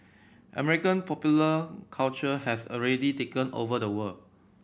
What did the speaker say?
American popular culture has already taken over the world